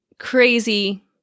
crazy